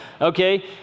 Okay